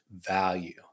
value